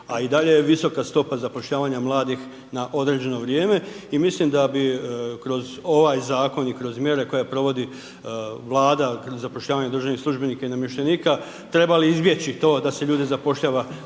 a i dalje je visoka stopa zapošljavanja mladih na određeno vrijeme i mislim da bi kroz ovaj Zakon i kroz mjere koje provodi Vlada, zapošljavanje državnih službenika i namještenika, trebali izbjeći to da se ljude zapošljava na